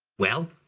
well,